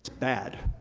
bad,